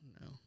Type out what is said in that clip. No